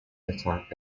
attack